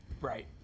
Right